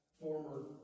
former